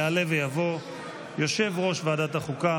יעלה ויבוא יושב-ראש ועדת החוקה,